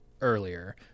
earlier